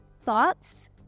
thoughts